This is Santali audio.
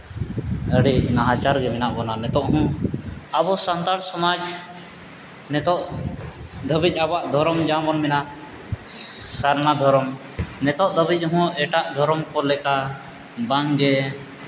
ᱟᱹᱰᱤ ᱱᱟᱦᱟᱪᱟᱨ ᱜᱮ ᱢᱮᱱᱟᱜ ᱵᱚᱱᱟ ᱱᱤᱛᱚᱜ ᱦᱚᱸ ᱟᱵᱚ ᱥᱟᱱᱛᱟᱲ ᱥᱚᱢᱟᱡᱽ ᱱᱤᱛᱚᱜ ᱫᱷᱟᱹᱵᱤᱡ ᱟᱵᱚᱣᱟ ᱫᱷᱚᱨᱚᱢ ᱡᱟᱦᱟᱸ ᱵᱚᱱ ᱢᱮᱱᱟᱜᱼᱟ ᱥᱟᱨᱱᱟ ᱫᱷᱚᱨᱚᱢ ᱱᱤᱛᱚᱜ ᱫᱷᱟᱹᱵᱤᱡ ᱮᱴᱟᱜ ᱫᱷᱚᱨᱚᱢ ᱠᱚ ᱞᱮᱠᱟ ᱵᱟᱝ ᱜᱮ